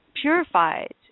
purified